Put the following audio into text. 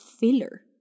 filler